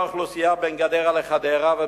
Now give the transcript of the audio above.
בין גדרה לחדרה.